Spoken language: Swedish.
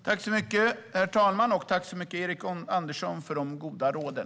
Herr talman! Tack så mycket, Erik Andersson, för de goda råden!